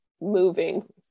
moving